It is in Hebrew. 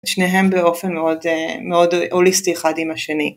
שניהם באופן מאוד הוליסטי אחד עם השני.